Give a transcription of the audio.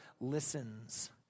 listens